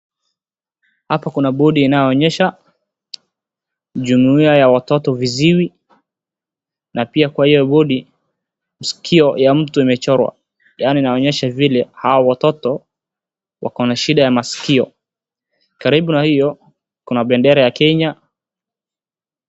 Hapa kuna bodi inayoonyesha jumuiya ya watoto viziwi, na pia kwa hiyo bodi, skio ya mtu imechorwa yaani inaonyesha vile hao watoto wako na shida ya maskio, karibu na hiyo kuna bendera ya Kenya...